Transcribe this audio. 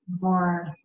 more